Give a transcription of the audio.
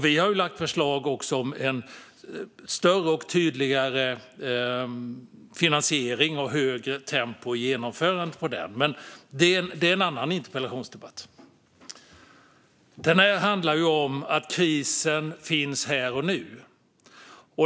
Vi har även lagt fram förslag om en större och tydligare finansiering och ett högre tempo i genomförandet. Men det är en annan interpellationsdebatt. Den här debatten handlar om att krisen finns här och nu.